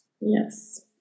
yes